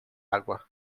água